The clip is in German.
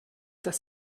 das